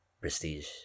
prestige